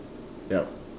yup